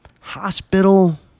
hospital